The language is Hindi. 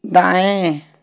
दाएँ